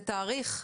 על תאריך?